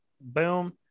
Boom